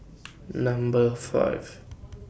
Number five